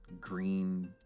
green